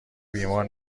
بیمار